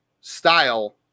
style